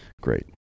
Great